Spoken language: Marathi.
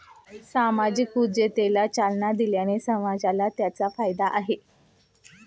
सामाजिक उद्योजकतेला चालना दिल्याने समाजाला त्याचा फायदा आहे